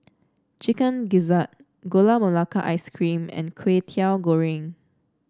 Chicken Gizzard Gula Melaka Ice Cream and Kway Teow Goreng